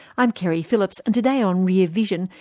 i'm keri phillips and today on rear vision,